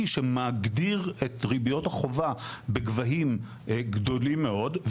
שמגדיר את ריביות החובה בגבהים גדולים מאוד,